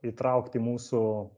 įtraukt į mūsų